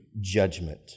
judgment